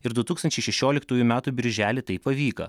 ir du tūkstančiai šešioliktųjų metų birželį tai pavyko